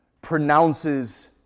pronounces